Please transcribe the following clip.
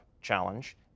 challenge